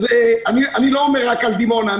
אני לא מדבר רק על דימונה.